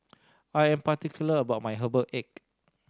I am particular about my herbal egg